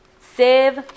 Save